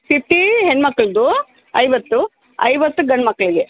fifty ಹೆಣ್ಣು ಮಕ್ಕಳ್ದು ಐವತ್ತು ಐವತ್ತು ಗಂಡುಮಕ್ಳಿಗೆ